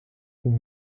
pont